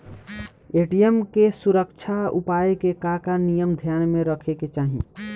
ATM के सुरक्षा उपाय के का का नियम ध्यान में रखे के चाहीं?